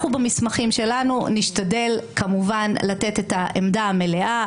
במסמכים שלנו אנחנו נשתדל כמובן לתת את העמדה המלאה,